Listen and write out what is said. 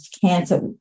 cancer